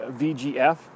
VGF